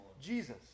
Jesus